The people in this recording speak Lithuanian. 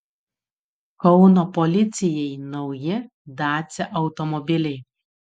kauno policijai nauji dacia automobiliai